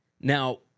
Now